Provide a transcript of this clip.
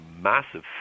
massive